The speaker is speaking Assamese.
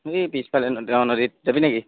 এই পিছফালে গাঁৱৰ নদীত যাবি নেকি